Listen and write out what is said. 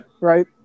Right